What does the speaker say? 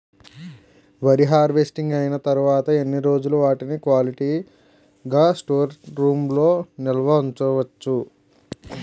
వరి హార్వెస్టింగ్ అయినా తరువత ఎన్ని రోజులు వాటిని క్వాలిటీ గ స్టోర్ రూమ్ లొ నిల్వ ఉంచ వచ్చు?